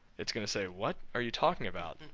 it's gonna say what are you talking about?